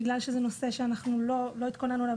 בגלל שזה נושא שאנחנו לא התכוננו אליו,